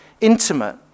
intimate